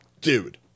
Dude